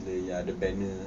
the ya the banner